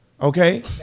Okay